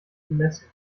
bemessen